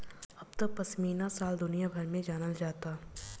अब त पश्मीना शाल दुनिया भर में जानल जाता